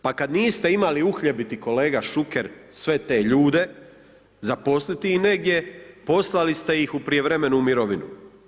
Pa kad niste imali uhljebiti, kolega Šuker, sve te ljude zaposliti ih negdje poslali ste ih u prijevremenu mirovinu.